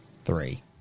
Three